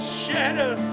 shatter